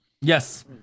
Yes